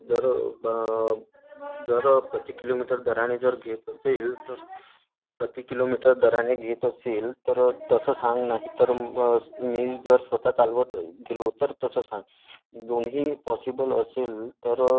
जर ब जर प्रती किलोमीटर दराने जर घेत असेल तर प्रती किलोमीटर दराने घेत असेल तर तसं सांग नाही तर मी जर स्वतः चालवत गेलो तर तसं सांग दोन्ही पॉसिबल असेल तर